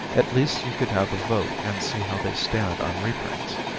at least you could have a vote and see how they stand on reprints